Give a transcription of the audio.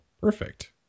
perfect